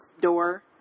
Door